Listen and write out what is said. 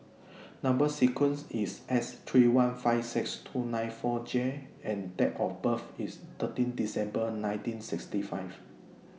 Number sequence IS S three one five six two nine four J and Date of birth IS thirteen December nineteen sixty five